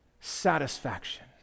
satisfaction